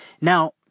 Now